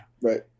Right